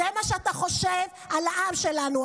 זה מה שאתה חושב על העם שלנו,